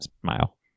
smile